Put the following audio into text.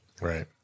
Right